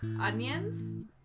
Onions